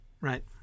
right